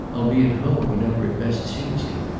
i'll be at home whenever it best suits you.